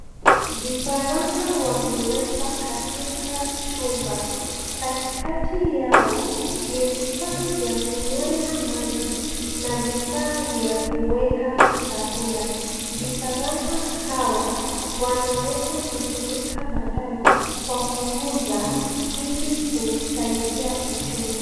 Vifaranga wamewekwa katika chumba. Katikati yao ni vifaa vya kunywea maji na vifaa vya kuweka chakula. Vifaranga hawa, wanaweza kutumika baadae kwa kuuza, ili kusaidia uchumi.